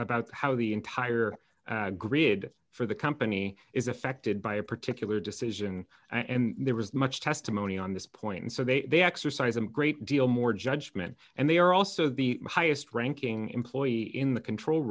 about how the entire grid for the company is affected by a particular decision and there was much testimony on this point and so they exercise a great deal more judgment and they are also the highest ranking employee in the control